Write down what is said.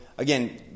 Again